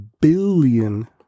billion